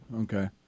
Okay